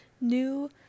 New